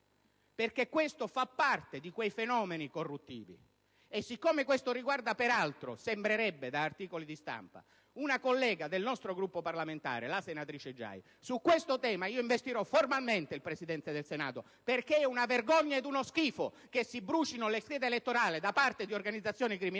perché questo fa parte di quei fenomeni corruttivi. Siccome peraltro la vicenda riguarda - come sembrerebbe da alcuni articoli di stampa - una collega del nostro Gruppo parlamentare, la senatrice Giai, di questo tema io investirò formalmente il Presidente del Senato. È infatti una vergogna e uno schifo che si brucino le schede elettorali da parte di organizzazioni criminali